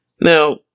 Now